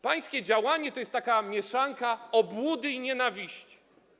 Pańskie działanie to jest taka mieszanka obłudy i nienawiści.